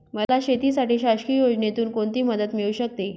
मला शेतीसाठी शासकीय योजनेतून कोणतीमदत मिळू शकते?